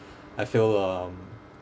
I feel um